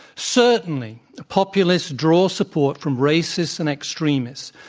certainly, the populist draws support from racists and extremists.